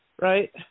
Right